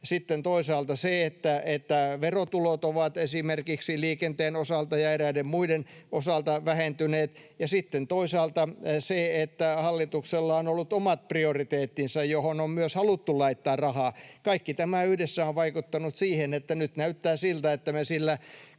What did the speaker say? sitten toisaalta se, että verotulot ovat esimerkiksi liikenteen ja eräiden muiden osalta vähentyneet, ja sitten toisaalta se, että hallituksella on ollut omat prioriteettinsa, joihin on myös haluttu laittaa rahaa. Kaikki tämä yhdessä on vaikuttanut siihen, että nyt näyttää siltä, että me sillä